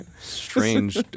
Strange